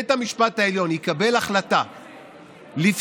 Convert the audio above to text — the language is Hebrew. בית המשפט העליון יקבל החלטה לפסול